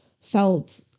felt